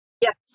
Yes